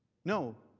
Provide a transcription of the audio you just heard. no,